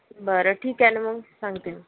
बरं ठीक आहे न मग सांगते मी